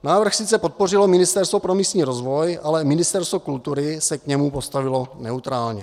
Návrh sice podpořilo Ministerstvo pro místní rozvoj, ale Ministerstvo kultury se k němu postavilo neutrálně.